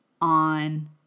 on